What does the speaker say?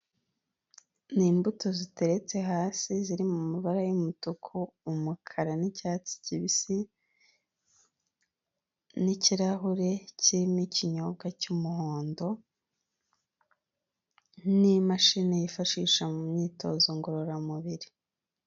Ni imbuto ziteretse hasi ziri mu mabara y'umutuku, umukara n'icyatsi kibisi n'ikirahure kirimo ikinyobwa cy'umuhondo n'imashini yifashisha mu myitozo ngororamubiri.